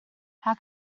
how